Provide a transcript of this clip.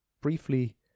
briefly